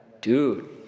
dude